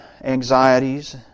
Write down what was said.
anxieties